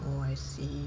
oh I see